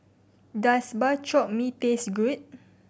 does Bak Chor Mee taste good